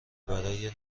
برای